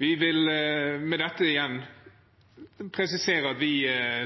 Vi vil med dette igjen presisere at vi